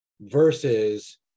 versus